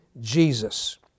Jesus